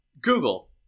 Google